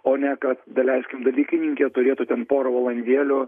o ne kad daleiskim dalykininkė turėtų ten porą valandėlių